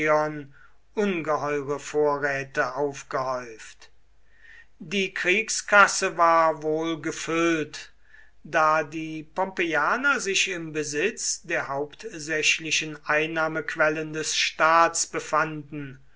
ungeheure vorräte aufgehäuft die kriegskasse war wohlgefüllt da die pompeianer sich im besitz der hauptsächlichen einnahmequellen des staats befanden